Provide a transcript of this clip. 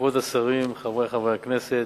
כבוד השרים, חברי חברי הכנסת,